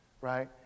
right